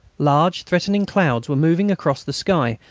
large threatening clouds were moving across the sky,